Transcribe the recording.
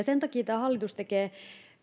sen takia tämä hallitus tekee